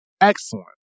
excellent